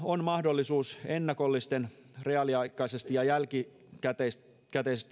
on mahdollisuus ennakollisesti reaaliaikaisesti ja jälkikäteisesti